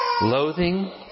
loathing